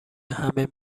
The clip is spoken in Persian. همه